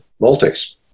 Multics